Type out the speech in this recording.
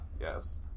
yes